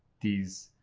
these.